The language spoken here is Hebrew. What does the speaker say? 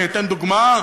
אני אתן דוגמה,